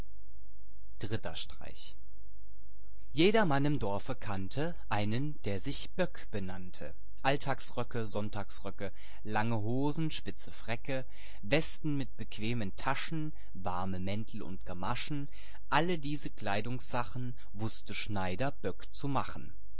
jedermann im dorfe kannte einen der sich böck benannte illustration meister böck alltagsröcke sonntagsröcke lange hosen spitze fräcke westen mit bequemen taschen warme mäntel und gamaschen alle diese kleidungssachen wußte schneider böck zu machen